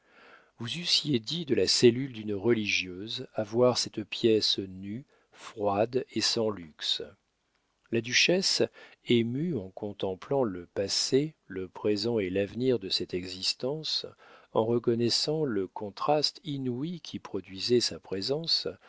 vous eussiez dit de la cellule d'une religieuse à voir cette pièce nue froide et sans luxe la duchesse émue en contemplant le passé le présent et l'avenir de cette existence en reconnaissant le contraste inouï qu'y produisait sa présence